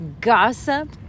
gossip